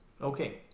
Okay